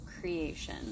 creation